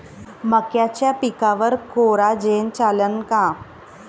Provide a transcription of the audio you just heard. मक्याच्या पिकावर कोराजेन चालन का?